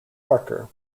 parker